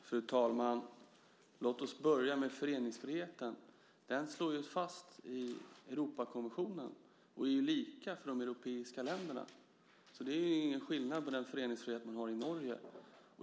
Fru talman! Låt oss börja med föreningsfriheten. Den slås fast i Europakonventionen och är lika för de europeiska länderna. Det är ingen skillnad på den föreningsfrihet man har i Norge.